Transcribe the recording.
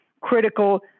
critical